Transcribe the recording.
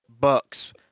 Bucks